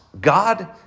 God